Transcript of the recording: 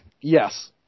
Yes